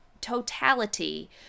totality